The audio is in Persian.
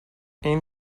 این